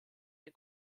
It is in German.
der